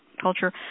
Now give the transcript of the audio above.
culture